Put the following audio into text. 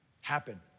happen